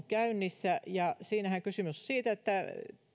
käynnissä siinähän kysymys on siitä että